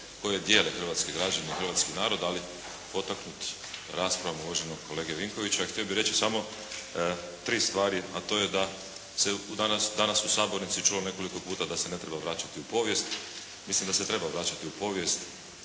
koje dijele hrvatske građane i Hrvatski narod. Ali potaknut raspravom uvaženog kolege Vinkovića, htio bih reći samo 3 stvari a to je da se danas u sabornici čulo nekoliko puta da se ne treba vraćati u povijest. Mislim da se treba vraćati u povijest.